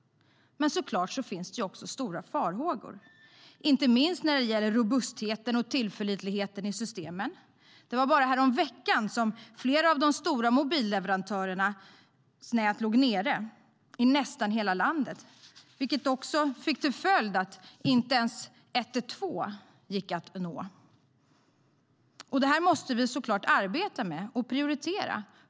Men det finns såklart också stora farhågor, inte minst när det gäller robustheten och tillförlitligheten i systemen. Det var bara häromveckan som flera av de stora mobilleverantörernas nät låg nere i nästan hela landet, vilket fick till följd att inte ens 112 gick att nå. Det måste vi naturligtvis arbeta med och prioritera.